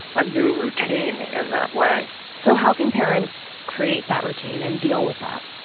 a new routine, in that way so how can parents create that routine and deal with that?